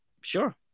sure